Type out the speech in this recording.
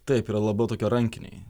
taip yra labiau tokie rankiniai